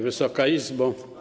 Wysoka Izbo!